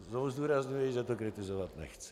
Znovu zdůrazňuji, že to kritizovat nechci.